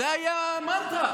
זו הייתה המנטרה.